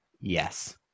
Yes